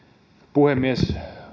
puhemies